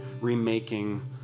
remaking